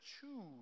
choose